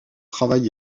travail